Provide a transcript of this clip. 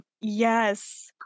Yes